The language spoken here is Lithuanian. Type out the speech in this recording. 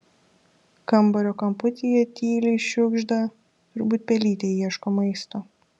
kambario kamputyje tyliai šiugžda turbūt pelytė ieško maisto